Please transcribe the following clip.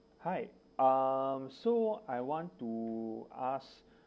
hi um so I want to ask